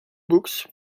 books